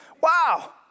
Wow